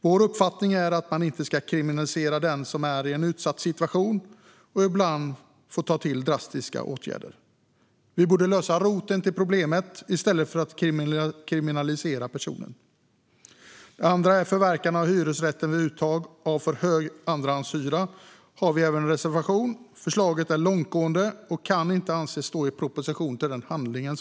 Vår uppfattning är att man inte ska kriminalisera den som är i en utsatt situation och ibland får ta till drastiska åtgärder. Vi borde lösa roten till problemet i stället för att kriminalisera personer. Den andra reservationen rör förverkande av hyresrätt vid uttag av för hög andrahandshyra. Förslaget är långtgående och kan inte anses stå i proportion till personens handling.